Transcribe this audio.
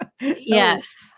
Yes